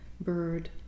bird